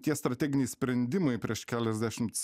tie strateginiai sprendimai prieš keliasdešimts